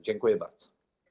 Dziękuję bardzo.